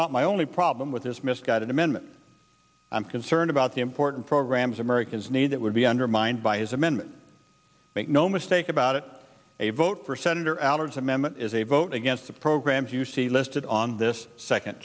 not my only problem with this misguided amendment i'm concerned about the important programs americans need that would be undermined by his amendment make no mistake about it a vote for senator allen's amendment is a vote against the programs you see listed on this second